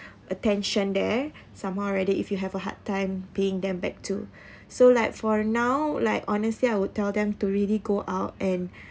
attention there somehow already if you have a hard time paying them back to so like for now like honestly I would tell them to really go out and